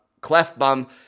Clefbum